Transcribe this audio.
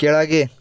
ಕೆಳಗೆ